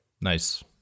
nice